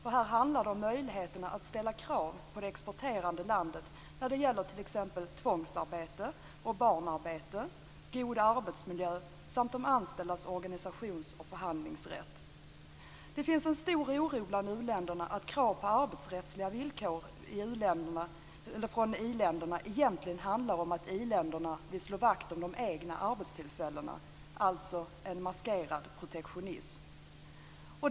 Det handlar om möjligheterna att ställa krav på det exporterande landet när det gäller t.ex. tvångsarbete och barnarbete, god arbetsmiljö samt de anställdas organisations och förhandlingsrätt. Det finns en stor oro bland u-länderna att krav på arbetsrättsliga villkor från i-länderna egentligen handlar om att i-länderna vill slå vakt om de egna arbetstillfällena - alltså en maskerad protektionism.